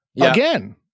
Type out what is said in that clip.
again